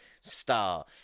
star